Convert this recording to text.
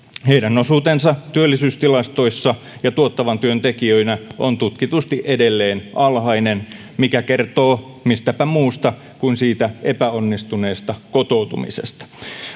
heidän osuutensa työllisyystilastoissa ja tuottavan työn tekijöinä on tutkitusti edelleen alhainen mikä kertoo mistäpä muusta kuin siitä epäonnistuneesta kotoutumisesta